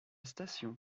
station